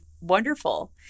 wonderful